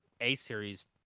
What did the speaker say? A-series